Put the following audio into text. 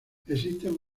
existen